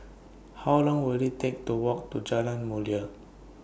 How Long Will IT Take to Walk to Jalan Mulia